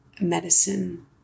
medicine